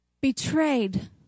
betrayed